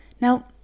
now